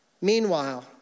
Meanwhile